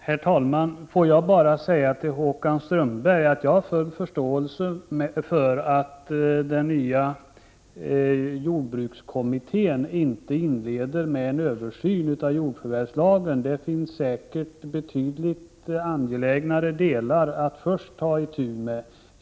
Herr talman! Låt mig bara till Håkan Strömberg säga att jag har full förståelse för att den nya jordbrukskommittén inte inleder med en översyn av jordförvärvslagen — det finns säkert betydligt angelägnare saker att ta itu med först.